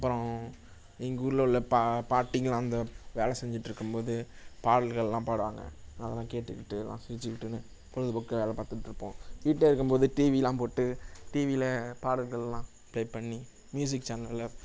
அப்புறம் எங்கூர்ல உள்ள பா பாட்டிங்க அந்த வேலை செஞ்சிகிட்ருக்கம்போது பாடல்கள்லாம் பாடுவாங்க அதெல்லாம் கேட்டுக்கிட்டு எல்லாம் சிரிச்சிக்கிட்டுனு பொழுதுபோக்காக வேலை பார்த்துட்ருப்போம் வீட்டில இருக்கும்போது டிவிலாம் போட்டு டிவியில பாடல்கள்லாம் ப்ளே பண்ணி மியூசிக் சேனல்கள்ல